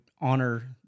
honor